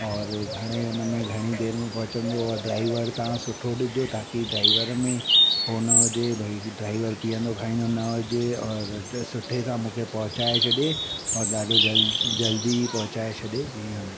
और घणे हुनमें घणी देरि में पहुचंदो और ड्राइवर तव्हां सुठो ॾिजो ताकि ड्राइवर में हो न हुजे भई ड्राइवर पीअंदो खाईंदो न हुजे और सुठे सां मूंखे पहुचाए छॾे और ॾाढो जल जल्दी पहुचाए छॾे जीअं हुनखे